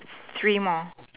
three more